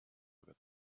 agat